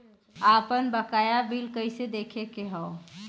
आपन बकाया बिल कइसे देखे के हौ?